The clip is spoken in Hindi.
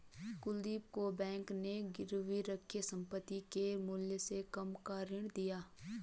कुलदीप को बैंक ने गिरवी रखी संपत्ति के मूल्य से कम का ऋण दिया